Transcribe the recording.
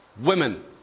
Women